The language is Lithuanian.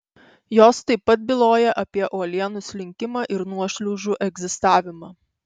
jos taip pat byloja apie uolienų slinkimą ir nuošliaužų egzistavimą